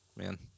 Man